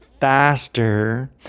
faster